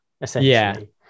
essentially